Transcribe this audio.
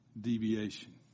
deviation